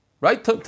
right